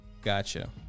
Gotcha